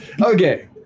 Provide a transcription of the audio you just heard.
Okay